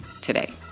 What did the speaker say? today